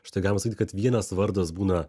štai galima sakyt kad vienas vardas būna